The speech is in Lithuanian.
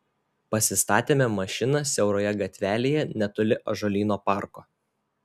pasistatėme mašiną siauroje gatvelėje netoli ąžuolyno parko